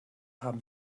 haben